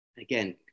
Again